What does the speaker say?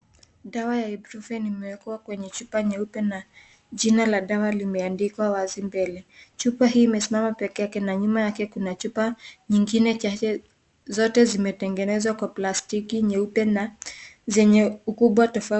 Dawa ya lprofen imewekwa kwenye chupa na jina la dawa limeandikwa wazi mbele. Chupa hii imesimama pekee yake na nyuma yake kuna chupa nyingine chache. Zote zimetengenezwa kwa plastiki nyeupe na zenye ukubwa tofauti.